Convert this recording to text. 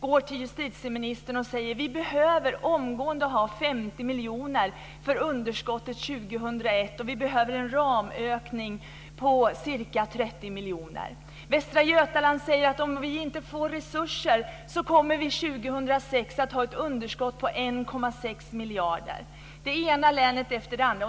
går till justitieministern och säger: Vi behöver omgående få 50 miljoner kronor för underskottet 2001 och vi behöver en ramökning på ca 30 miljoner. I Västra Götaland säger man: Om vi inte får resurser kommer vi 2006 att ha ett underskott på 1,6 miljarder. Så är det i det ena länet efter det andra.